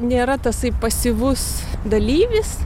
nėra tasai pasyvus dalyvis